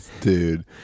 dude